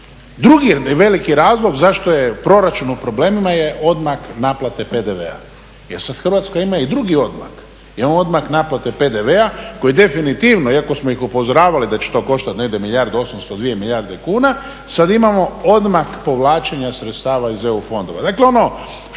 Drugi veliki razlog zašto je proračun u problemima je odmak naplate PDV-a, jer sad Hrvatska ima i drugi odmak. Ima odmak naplate PDV-a koji definitivno, iako smo ih upozoravali da će to koštati negdje milijardu 800, 2 milijarde kuna sad imamo odmak povlačenja sredstava iz EU fondova.